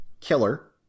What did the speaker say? killer